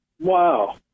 Wow